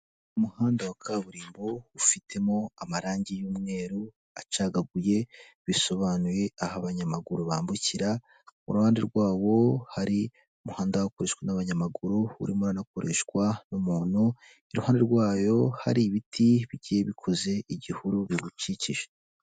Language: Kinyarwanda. Umuhanda wa kaburimbo ufitemo amarangi y'umweru acagaguye, bisobanuye aho abanyamaguru bambukira, ku ruhande rwawo hari umuhanda ukoreshwa n'abanyamaguru, urimo aranakoreshwa n'umuntu, iruhande rwayo hari ibiti bigiye bikoze igihuru biwukikije.